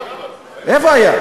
למה?